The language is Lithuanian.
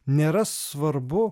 nėra svarbu